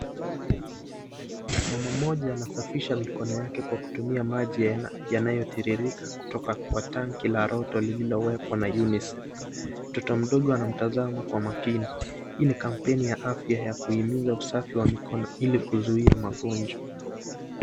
Mama mmoja anasafisha mikono yake kwa kutumia maji yanayo yanayo tiririka kutoka kwa tangi la roto lililowekwa na UNICEF. Mtoto mdogo anamtazama kwa makini. Hiii ni kampeni ya afya ya kuhimiza usafi wa mikono hili kuzuia magonjwa.